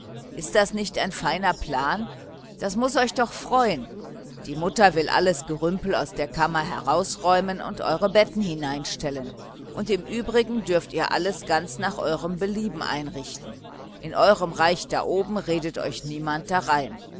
ist das nicht ein feiner plan das muß euch doch freuen die mutter will alles gerümpel aus der kammer herausräumen und eure betten hineinstellen und im übrigen dürft ihr alles ganz nach eurem belieben einrichten in eurem reich da oben redet euch niemand darein